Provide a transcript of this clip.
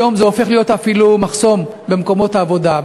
היום זה הופך להיות אפילו מחסום במקומות עבודה,